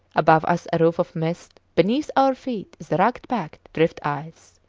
above us a roof of mist, beneath our feet the rugged packed drift ice.